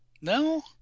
no